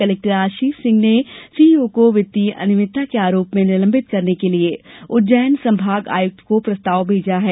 collector Ashish Singh ने शनिवार को सीईओ को वित्तीय अनियमितता के आरोप में निलंबित करने के लिए उज्जैन संभागायुक्त को प्रस्ताव भेजा है